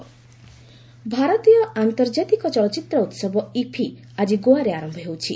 IFFI Goa ଭାରତୀୟ ଆନ୍ତର୍ଜାତିକ ଚଳଚ୍ଚିତ୍ର ଉତ୍ସବ ଇଫି ଆଜି ଗୋଆରେ ଆରମ୍ଭ ହେଉଛି